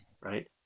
right